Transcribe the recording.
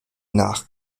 nach